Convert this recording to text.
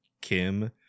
Kim